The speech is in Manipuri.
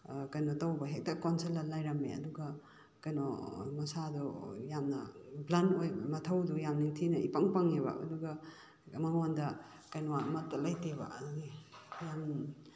ꯀꯩꯅꯣ ꯇꯧꯕ ꯍꯦꯛꯇ ꯀꯣꯟꯁꯜꯂ ꯂꯩꯔꯝꯃꯦ ꯑꯗꯨꯒ ꯀꯩꯅꯣ ꯃꯁꯥꯗꯣ ꯌꯥꯝꯅ ꯕ꯭ꯂꯟ ꯑꯣꯏꯕ ꯃꯊꯧꯗꯣ ꯌꯥꯝ ꯅꯤꯡꯊꯤꯅ ꯏꯄꯪ ꯄꯪꯉꯦꯕ ꯑꯗꯨꯒ ꯃꯉꯣꯟꯗ ꯀꯩꯅꯣ ꯑꯃꯠꯇ ꯂꯩꯇꯦꯕ ꯑꯗꯨꯒꯤ ꯌꯥꯝ